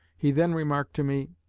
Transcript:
he then remarked to me,